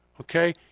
okay